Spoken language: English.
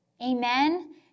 Amen